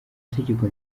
itegeko